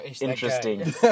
Interesting